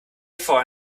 for